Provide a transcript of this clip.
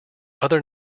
other